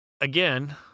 again